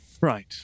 Right